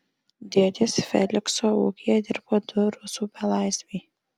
dėdės felikso ūkyje dirbo du rusų belaisviai